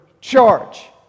Charge